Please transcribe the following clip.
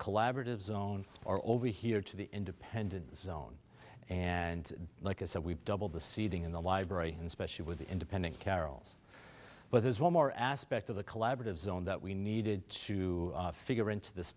collaborative zone or over here to the independent zone and like i said we've doubled the seating in the library and especially with the independent carole's but there's one more aspect of the collaborative zone that we needed to figure into this